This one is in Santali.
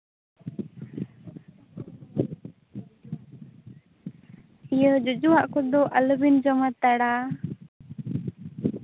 ᱤᱭᱟᱹ ᱡᱚᱡᱚᱣᱟᱜ ᱠᱚᱫᱚ ᱟᱞᱚᱵᱤᱱ ᱡᱚᱢ ᱦᱟᱛᱟᱲᱟ